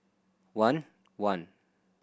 one one